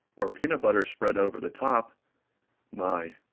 or peanut butter spread over the top my,